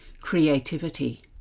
Creativity